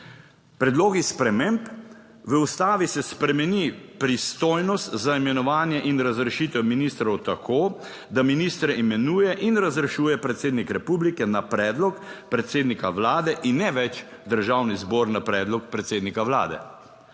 Predlogi sprememb v ustavi se spremeni pristojnost za imenovanje in razrešitev ministrov tako, da ministre imenuje in razrešuje predsednik republike na predlog predsednika vlade in ne več Državni zbor na predlog predsednika vlade.